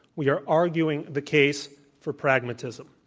we are arguing the case for pragmatism.